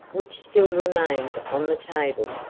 which still remained on the table,